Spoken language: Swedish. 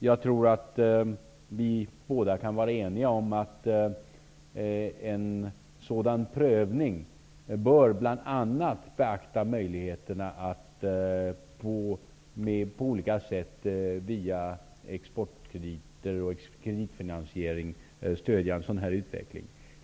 Jag tror att Göran Magnusson och jag kan vara eniga om att en sådan prövning bör bl.a. beakta möjligheterna att på olika sätt med hjälp av exportkrediter och kreditfinansiering stödja en sådan utveckling.